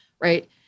right